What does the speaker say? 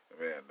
man